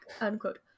unquote